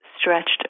stretched